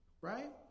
Right